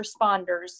responders